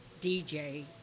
dj